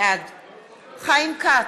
בעד חיים כץ,